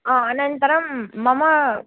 हा अनन्तरं मम